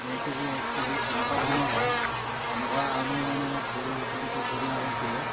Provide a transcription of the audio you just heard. ডেৰ কেজি এক কেজি এনেকুৱা ধৰণৰ হয় তেনেকুৱা আমো মানে মই পুলি ৰোপণ কৰি থৈ দিয়া হৈছিলে